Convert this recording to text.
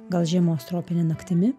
gal žiemos tropine naktimi